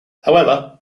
however